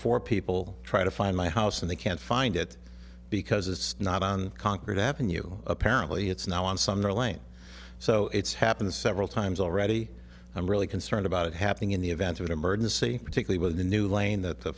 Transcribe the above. four people try to find my house and they can't find it because it's not on conquered haven't you apparently it's now on summer lane so it's happened several times already i'm really concerned about it happening in the event of an emergency particularly with a new lane that the